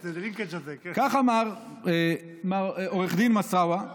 זה בלי קשר, כך אמר עו"ד מסארווה,